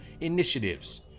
initiatives